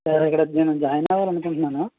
sir ఇక్కడ నేను join అవ్వాలి అనుకుంటున్నాను